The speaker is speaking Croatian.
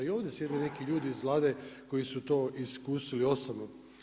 Da i ovdje sjede neki ljudi iz Vlade koji su to iskusili osobno.